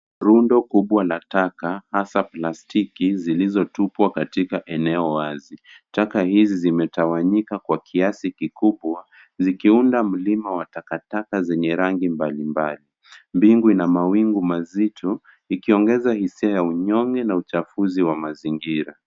Rundo kubwa la taka hasa plastiki zilizotupwa katika eneo wazi. Taka hizi zimetawanyika kwa kiasi kikubwa zikiunda mlima wa takataka zenye rangi mbalimbali. Mbingu ina mawingu mazito ikiongeza hisia ya unyonge na uchafuzi wa mazingira.